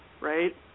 right